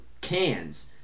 cans